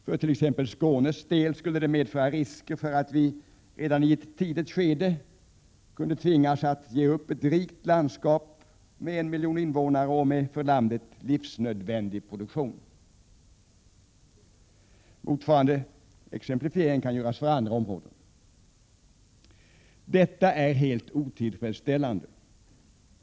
För t.ex. Skånes del skulle det medföra risker för att vi redan i ett tidigt skede tvingades ge upp ett rikt landskap med en miljon invånare och med för landet livsnödvändig produktion. Motsvarande exemplifiering kan göras för andra områden. Detta är helt otillfredsställande.